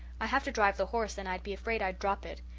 i have to drive the horse and i'd be afraid i'd drop it.